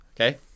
Okay